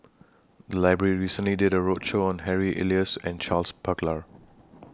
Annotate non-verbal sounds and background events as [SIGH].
[NOISE] The Library recently did A roadshow on Harry Elias and Charles Paglar